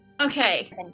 Okay